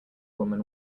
woman